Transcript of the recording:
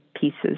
pieces